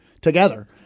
together